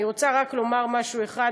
אני רוצה רק לומר משהו אחד,